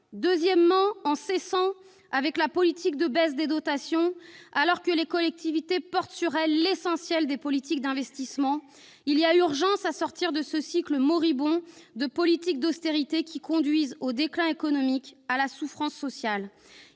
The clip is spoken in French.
Deuxièmement, il faut en finir avec la politique de baisse des dotations alors que les collectivités portent sur leurs épaules l'essentiel des politiques d'investissement. Il y a urgence à sortir de ce cycle moribond des politiques d'austérité, qui conduisent au déclin économique et à la souffrance sociale,